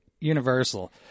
universal